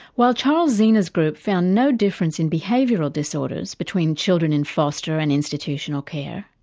while charles zeanah's group found no difference in behavioural disorders between children in foster and institutional care,